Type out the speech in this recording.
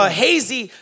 hazy